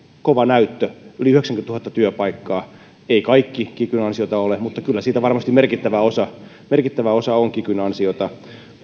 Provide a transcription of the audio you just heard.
kova näyttö yli yhdeksänkymmentätuhatta työpaikkaa ei kaikki kikyn ansiota ole mutta kyllä siitä varmasti merkittävä osa merkittävä osa on kikyn ansiota